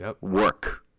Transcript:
Work